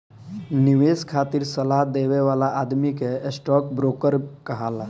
निवेश खातिर सलाह देवे वाला आदमी के स्टॉक ब्रोकर कहाला